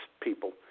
people